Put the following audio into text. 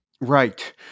Right